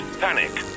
panic